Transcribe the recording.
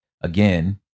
Again